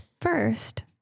First